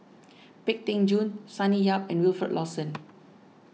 Pang Teck Joon Sonny Yap and Wilfed Lawson